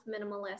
minimalist